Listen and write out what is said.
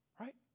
Right